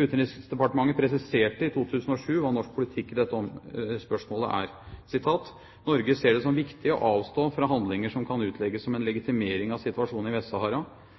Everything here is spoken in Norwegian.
Utenriksdepartementet presiserte i 2007 hva norsk politikk i dette spørsmålet er: «Norge ser det som viktig å avstå fra handlinger som kan utlegges som en